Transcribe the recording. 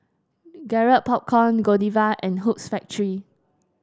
Garrett Popcorn Godiva and Hoops Factory